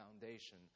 foundation